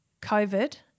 COVID